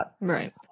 Right